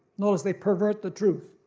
notice they pervert the truth.